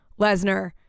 Lesnar